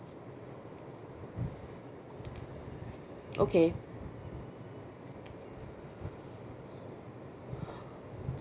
okay